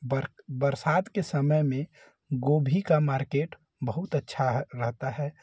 बरसात के समय में गोभी का मार्केट बहुत अच्छा रहता है